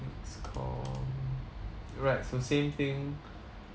call alright so same thing